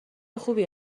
خوبیه